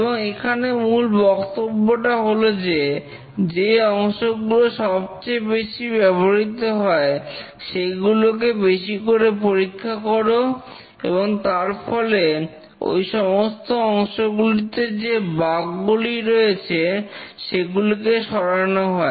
এবং এখানে মূল বক্তব্যটা হলো যে যে অংশগুলো সবচেয়ে বেশি ব্যবহৃত হয় সেইগুলোকে বেশি করে পরীক্ষা করো এবং তার ফলে ওই সমস্ত অংশগুলিতে যে বাগ গুলি রয়েছে সেগুলোকে সরানো হয়